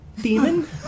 Demon